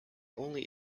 only